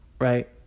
right